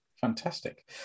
fantastic